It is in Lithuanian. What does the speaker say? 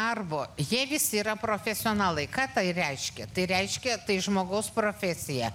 darbo jie visi yra profesionalai ką tai reiškia tai reiškia tai žmogaus profesija